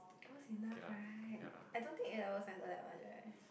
close enough right I don't think A-levels matters that much right